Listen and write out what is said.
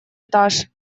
этаж